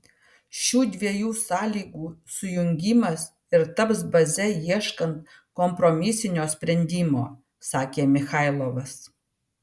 šių dviejų sąlygų sujungimas ir taps baze ieškant kompromisinio sprendimo sakė michailovas